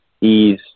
ease